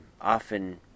often